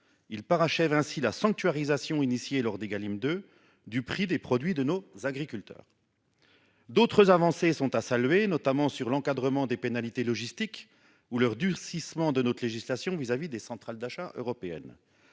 Ils parachèvent ainsi la sanctuarisation, entamée dans la loi Égalim 2, du prix des produits de nos agriculteurs. D'autres avancées sont à saluer, notamment l'encadrement des pénalités logistiques et le durcissement de notre législation à l'égard des centrales d'achat européennes.